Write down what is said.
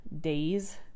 days